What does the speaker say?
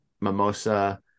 mimosa